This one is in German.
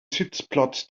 sitzplatz